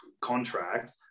contract